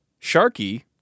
Sharky